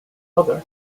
brother